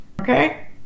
okay